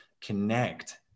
connect